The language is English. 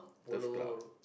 polo